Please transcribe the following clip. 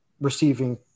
receiving